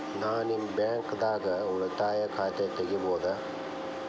ನಾ ನಿಮ್ಮ ಬ್ಯಾಂಕ್ ದಾಗ ಉಳಿತಾಯ ಖಾತೆ ತೆಗಿಬಹುದ?